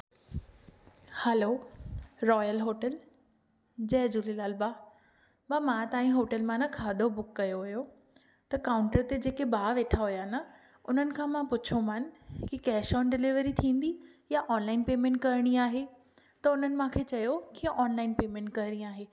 hello royal hotel Jai Jhulelal भाउ भाउ मां तव्हां जि होटल मां न खाधो बुक कयो हुओ त काउंटर ते जेके भाउ वेठा हुआ न उन्हनि खां मां पुछियोमांनि की कैश ऑन डिलीवरी थींदी या ऑनलाइन पेमेंट करणी आहे त उन्हनि मांखे चयो की ऑनलाइन पेमेंट करणी आहे